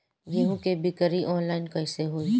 गेहूं के बिक्री आनलाइन कइसे होई?